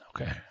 Okay